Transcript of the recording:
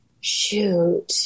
Shoot